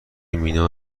مینا